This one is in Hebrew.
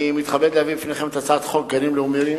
אני מתכבד להביא בפניכם את הצעת חוק גנים לאומיים,